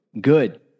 Good